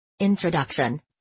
Introduction